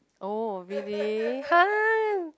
oh really !huh!